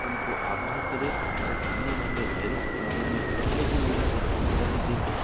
उनको आग्रह करें और आने वाले वायरस के बारे में पहले ही उनको जानकारी दे दें